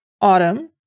autumn